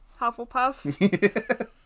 Hufflepuff